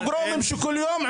הפוגרומים שהם עושים כל יום.